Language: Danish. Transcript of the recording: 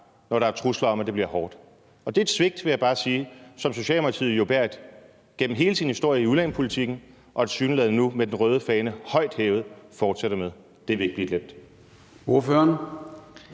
når der er trusler om, at det bliver hårdt. Og det er et svigt, vil jeg bare sige, som Socialdemokratiet gennem hele sin historie i udlændingepolitikken jo bærer og tilsyneladende nu med den røde fane højt hævet fortsætter med at bære et